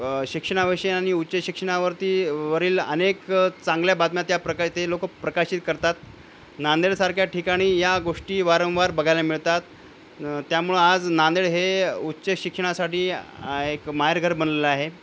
शिक्षणविषय आणि उच्चशिक्षणावरती वरील अनेक चांगल्या बातम्या त्या प्रकारे ते लोकं प्रकाशित करतात नांदेडसारख्या ठिकाणी या गोष्टी वारंवार बघायला मिळतात त्यामुळं आज नांदेड हे उच्च शिक्षणासाठी एक माहेरघर बनलेलं आहे